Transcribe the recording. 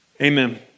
Amen